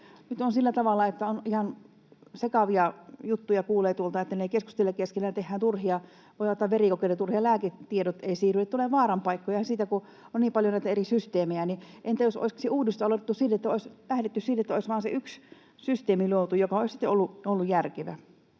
Nyt on sillä tavalla, että ihan sekavia juttuja kuulee tuolta, että ne eivät keskustele keskenään ja voi olla, että tehdään turhia verikokeita, lääketiedot eivät siirry, että tulee vaaranpaikkoja siitä, kun on niin paljon näitä eri systeemejä. Entä jos olisikin se uudistus aloitettu siten, että olisi lähdetty siitä, että olisi luotu vain se yksi systeemi, joka olisi sitten ollut järkevä?